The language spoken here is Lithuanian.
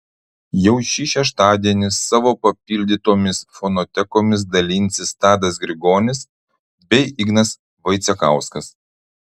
jau šį šeštadienį savo papildytomis fonotekomis dalinsis tadas grigonis bei ignas vaicekauskas